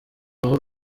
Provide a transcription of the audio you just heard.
ruhu